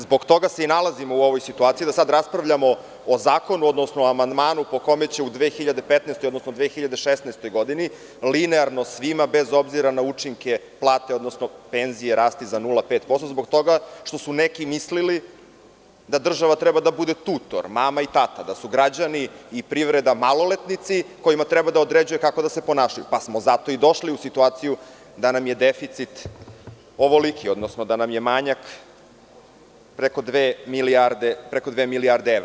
Zbog toga se i nalazimo u ovakvoj situaciji gde sada raspravljamo o zakonu, odnosno amandmanu po kome će u 2015, 2016. godini linearno svima, bez obzira na učinke, plate, odnosno penzije rasti za 0,5%, zbog toga što su neki mislili da država treba da bude tutor, mama, tata, da su građani i privreda maloletnici kojima treba da određuje kako da se ponašaju, pa smo zato i došli u situaciju da nam je deficit ovoliki, odnosno da nam je manjak preko dve milijarde evra.